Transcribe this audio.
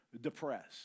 depressed